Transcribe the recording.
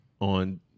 on